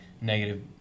negative